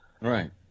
Right